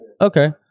Okay